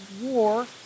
war